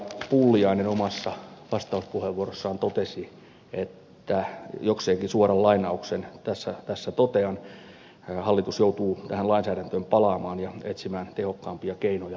pulliainen omassa vastauspuheenvuorossaan totesi jokseenkin suoraan lainatakseni että hallitus joutuu tähän lainsäädäntöön palaamaan ja etsimään tehokkaampia keinoja